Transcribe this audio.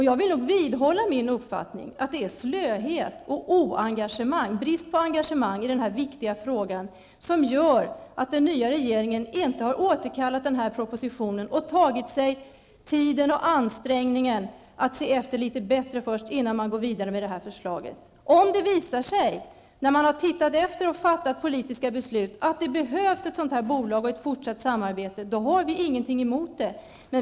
Jag vidhåller min uppfattning att det är slöhet och brist på engagemang i denna viktiga fråga som gör att den nya regeringen inte har återkallat propositionen eller tagit sig tiden och ansträngningen att tänka efter först innan man går vidare med förslaget. Om det visar sig, när man har sett över frågan och fattat politiska beslut, att det behövs ett bolag och ett fortsatt samarbete, har vi i vänsterpartiet inget emot detta.